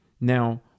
Now